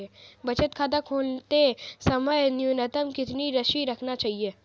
बचत खाता खोलते समय न्यूनतम कितनी राशि रखनी चाहिए?